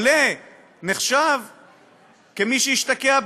קורה שהוא עושה את זה הרבה